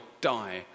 die